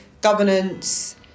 governance